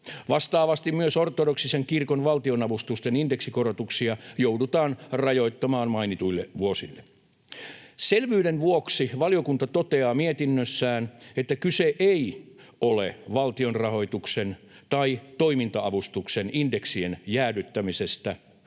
Vastaavasti myös ortodoksisen kirkon valtionavustusten indeksikorotuksia joudutaan rajoittamaan mainituille vuosille. Selvyyden vuoksi valiokunta toteaa mietinnössään, että kyse ei ole valtion rahoituksen tai toiminta-avustuksen indeksien jäädyttämisestä